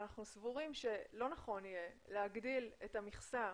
אנחנו סבורים שלא נכון יהיה להגדיל את המכסה